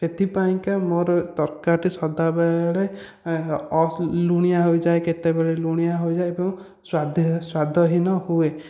ସେଥିପାଇଁକା ମୋର ତରକାରୀ ସଦାବେଳେ ଲୁଣିଆ ହୋଇଯାଏ କେତେବେଳେ ଲୁଣିଆ ହୋଇଯାଏ ଏବଂ ସ୍ଵାଦହୀନ ହୁଏ